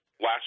Last